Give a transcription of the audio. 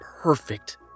perfect